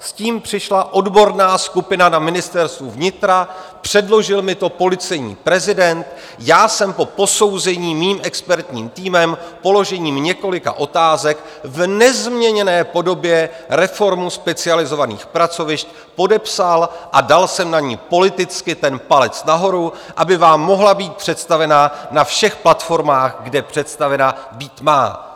S tím přišla odborná skupina na Ministerstvu vnitra, předložil mi to policejní prezident, já jsem po posouzení mým expertním týmem, položením několika otázek, v nezměněné podobě reformu specializovaných pracovišť podepsal a dal jsem na ni politicky palec nahoru, aby vám mohla být představena na všech platformách, kde představena být má.